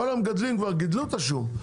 כל המגדלים כבר גידלו את השום,